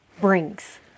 brings